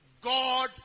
God